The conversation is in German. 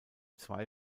zwei